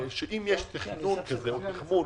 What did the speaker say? שאם יש תכנון כזה או תחמון,